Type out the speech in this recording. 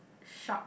Shak